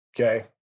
okay